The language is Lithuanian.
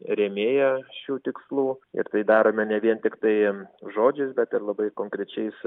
rėmėja šių tikslų ir tai darome ne vien tiktai žodžiais bet ir labai konkrečiais